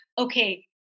okay